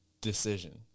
decision